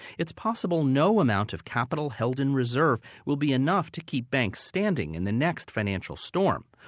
it's possible no amount of capital held in reserve will be enough to keep banks standing in the next financial storm.